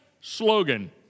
slogan